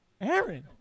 Aaron